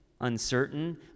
uncertain